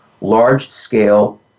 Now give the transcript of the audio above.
large-scale